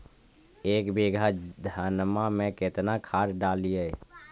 एक बीघा धन्मा में केतना खाद डालिए?